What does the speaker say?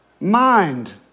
mind